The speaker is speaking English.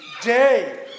day